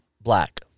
black